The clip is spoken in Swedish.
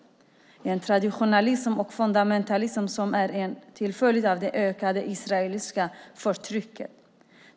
Det är en traditionalism och fundamentalism som uppstått till följd av det ökade israeliska förtrycket.